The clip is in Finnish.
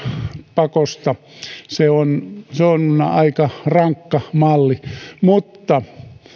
pakosta se on se on aika rankka malli mutta